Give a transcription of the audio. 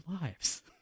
lives